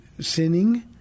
sinning